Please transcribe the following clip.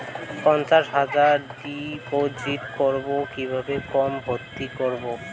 পঞ্চাশ হাজার ডিপোজিট করবো কিভাবে ফর্ম ভর্তি করবো?